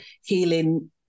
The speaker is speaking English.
healing